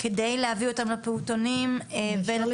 כדי להביא אותם לפעוטונים ולצהרונים